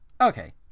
Okay